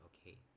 okay